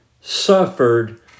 suffered